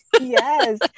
Yes